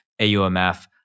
AUMF